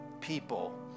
people